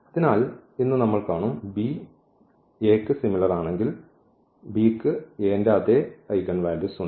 അതിനാൽ ഇന്ന് നമ്മൾ കാണും B A യ്ക്ക് സിമിലർ ആണെങ്കിൽ B യ്ക്ക് A ന്റെ അതേ ഐഗൻവാല്യൂസ് ഉണ്ട്